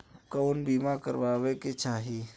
कउन बीमा करावें के चाही?